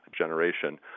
generation